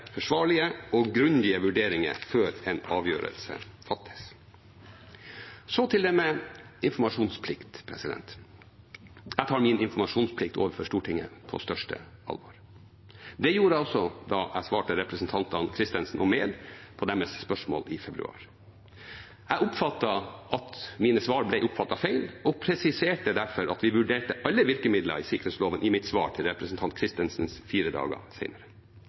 forsvarlige og grundige vurderinger før en avgjørelse fattes. Så til det med informasjonsplikt: Jeg tar min informasjonsplikt overfor Stortinget på største alvor. Det gjorde jeg også da jeg svarte representantene Christensen og Enger Mehl på deres spørsmål i februar. Jeg oppfattet at mine svar ble oppfattet feil, og presiserte derfor at vi vurderte alle virkemidler i sikkerhetsloven, i mitt svar til representanten Christensen fire dager